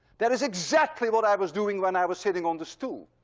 that is exactly what i was doing when i was sitting on the stool,